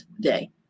day